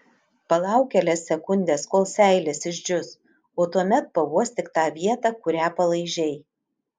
palauk kelias sekundes kol seilės išdžius o tuomet pauostyk tą vietą kurią palaižei